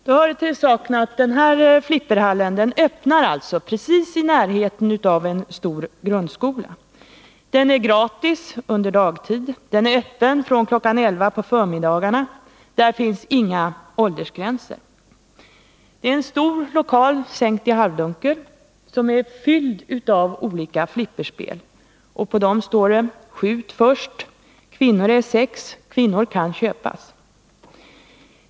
Det hör till saken att flipperhallen ligger precis i närheten av en stor grundskola. Man kommer in där gratis under dagtid, den är öppen från kl. 11 på förmiddagarna, och där har man inte satt upp några åldersgränser. Det är en stor lokal som är sänkt i halvdunkel och fylld av olika flipperspel. På dem står det: Skjut först. Kvinnor är sex. Kvinnor kan köpas.